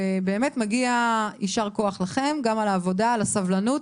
באמת יישר כוח לכם, גם על העבודה, גם על הסבלנות